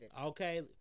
Okay